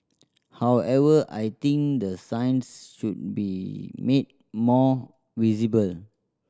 however I think the signs should be made more visible